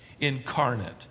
incarnate